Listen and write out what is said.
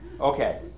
Okay